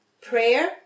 Prayer